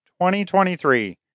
2023